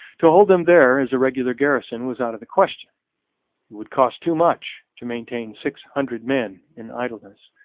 to hold them there as a regular garrison was out of the question it would cost too much to maintain six hundred men in idleness.